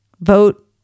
Vote